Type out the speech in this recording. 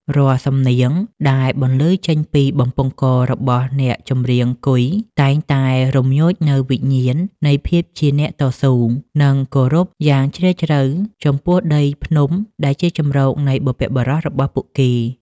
រាល់សំនៀងដែលបន្លឺចេញពីបំពង់ករបស់អ្នកចម្រៀងគុយ តែងតែរំញោចនូវវិញ្ញាណនៃភាពជាអ្នកតស៊ូ និងការគោរពយ៉ាងជ្រាលជ្រៅចំពោះដីភ្នំដែលជាជម្រកនៃបុព្វបុរសរបស់ពួកគេ។